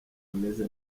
ameze